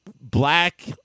Black